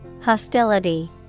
Hostility